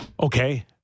Okay